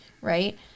Right